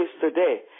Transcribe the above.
today